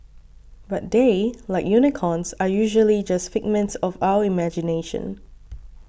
but they like unicorns are usually just figments of our imagination